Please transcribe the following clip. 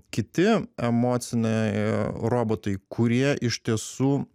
kiti emociniai robotai kurie iš tiesų